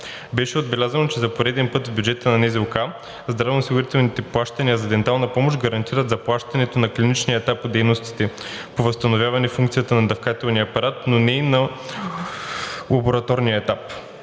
Беше отбелязвано, че за пореден път в бюджета на НЗОК здравноосигурителните плащания за дентална помощ гарантират заплащането на клиничния етап от дейностите по възстановяване функцията на дъвкателния апарат, но не и на лабораторния етап.